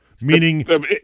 meaning